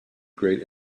great